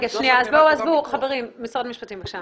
משרד המשפטים, בבקשה.